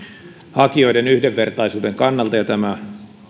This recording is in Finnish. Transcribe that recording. hakijoiden yhdenvertaisuuden kannalta ja tämä